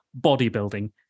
bodybuilding